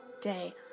day